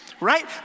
right